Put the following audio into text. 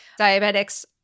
Diabetics